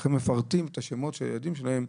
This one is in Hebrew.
לכן מפרטים את השמות של הילדים שלהם,